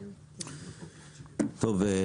טוב,